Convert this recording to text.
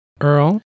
Earl